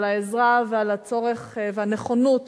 על העזרה ועל ראיית הצורך והנכונות